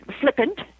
flippant